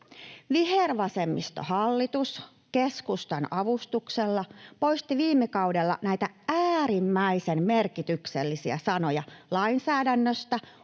Vihervasemmistohallitus keskustan avustuksella poisti viime kaudella näitä äärimmäisen merkityksellisiä sanoja lainsäädännöstä